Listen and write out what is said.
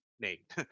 Nate